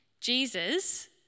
Jesus